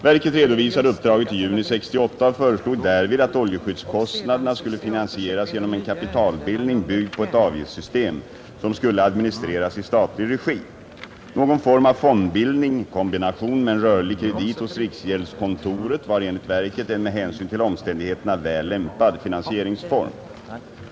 Verket redovisade uppdraget i juni 1968 och föreslog därvid att oljeskyddskostnaderna skulle finansieras genom en kapitalbildning byggd på ett avgiftssystem, som skulle administreras i statlig regi. Någon form av fondbildning — i kombination med en rörlig kredit hos riksgäldskontoret — var enligt verket en med hänsyn till omständigheterna väl lämpad finansieringsform.